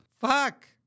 Fuck